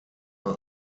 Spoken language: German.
bei